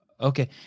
Okay